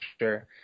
sure